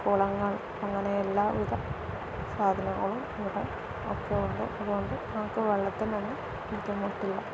കുളങ്ങൾ അങ്ങനെ എല്ലാ വിധ സാധനങ്ങളും ഇവിടെയൊക്കെ ഉണ്ട് അതുകൊണ്ട് നമുക്ക് വെള്ളത്തിനൊന്നും ബുദ്ധിമുട്ടില്ല